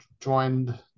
joined